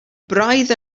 braidd